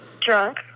drunk